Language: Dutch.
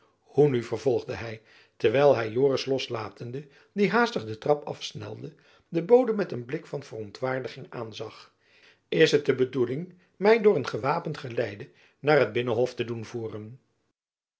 hoe nu vervolgde hy terwijl hy joris loslatende die haastig den trap afsnelde den bode met een blik van verontwaardiging aanzag is het de bedoeling my door een gewapend geleide naar het binnenhof te doen voeren